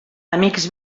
amics